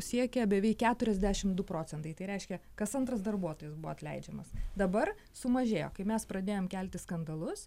siekia beveik keturiasdešimt du procentai tai reiškia kas antras darbuotojas atleidžiamas dabar sumažėjo kai mes pradėjom kelti skandalus